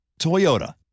Toyota